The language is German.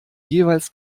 jeweils